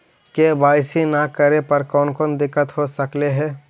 KYC न करे पर कौन कौन दिक्कत हो सकले हे?